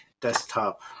desktop